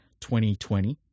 2020